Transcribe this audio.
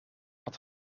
wat